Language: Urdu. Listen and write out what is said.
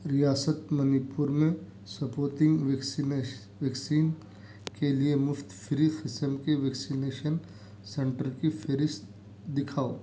ریاست منی پور میں ویکسینس ویکسین کے لیے مفت فری قسم کے ویکسینیشن سنٹر کی فہرست دکھاؤ